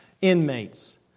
inmates